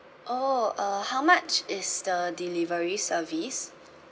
oh uh how much is the delivery service